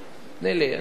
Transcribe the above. תני לי, אני יודע.